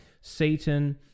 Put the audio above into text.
Satan